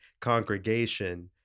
congregation